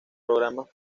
programas